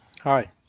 Hi